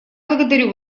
благодарю